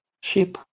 ship